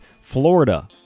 Florida